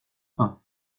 fin